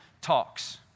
talks